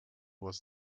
was